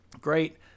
great